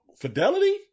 Fidelity